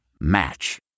Match